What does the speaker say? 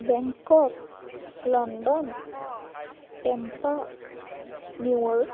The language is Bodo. Bangkok London Thimphu New York